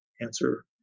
answer